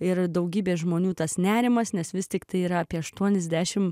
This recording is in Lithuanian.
ir daugybė žmonių tas nerimas nes vis tiktai yra apie aštuoniasdešim